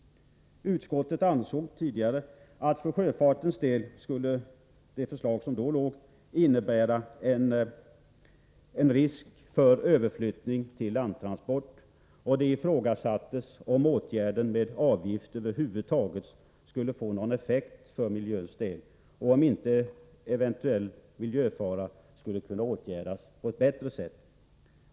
Utskottet ansåg tidigare att för sjöfartens del skulle det förslag som då förelåg innebära en risk för överflyttning av frakter till landtransport. Det ifrågasattes om åtgärden med en avgift över huvud taget skulle få någon effekt på miljön och om inte eventuell miljöfara skulle kunna förebyggas på ett bättre sätt.